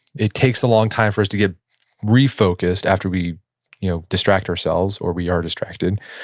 it takes a long time for us to get refocused after we you know distract ourselves or we are distracted.